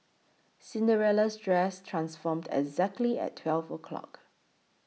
Cinderella's dress transformed exactly at twelve o'clock